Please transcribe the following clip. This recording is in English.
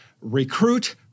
recruit